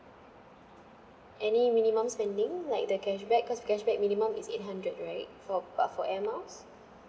any minimum spending like the cashback cause the cashback minimum is eight hundred right for but for air miles